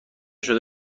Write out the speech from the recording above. شده